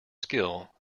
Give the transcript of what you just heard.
skill